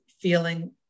feeling